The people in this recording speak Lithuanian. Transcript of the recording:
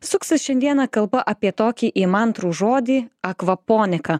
suksis šiandieną kalba apie tokį įmantrų žodį akvaponika